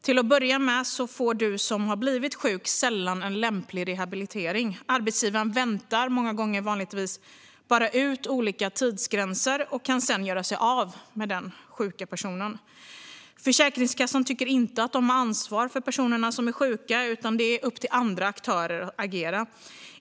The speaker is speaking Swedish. Till att börja med får den som har blivit sjuk sällan lämplig rehabilitering. Arbetsgivaren väntar många gånger bara ut olika tidsgränser och kan sedan göra sig av med den sjuka personen. Försäkringskassan tycker inte att de har ansvar för personer som är sjuka, utan det är upp till andra aktörer att agera.